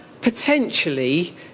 potentially